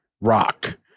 rock